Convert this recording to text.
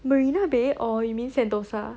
marina bay or you mean sentosa